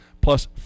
plus